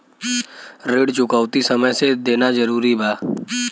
ऋण चुकौती समय से देना जरूरी बा?